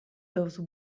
those